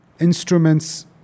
instruments